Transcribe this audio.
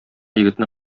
егетне